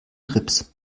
grips